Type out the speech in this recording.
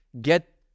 get